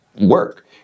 work